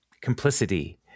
complicity